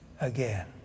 again